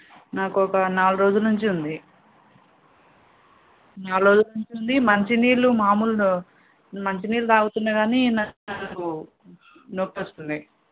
నాకు ఒక నాలుగు రోజుల నుంచి ఉంది నాలుగు రోజుల నుంచి మంచి నీళ్ళు మామూలు మంచినీళ్ళు తాగుతున్న కానీ నాకు నొప్పి వస్తుంది